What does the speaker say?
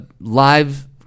live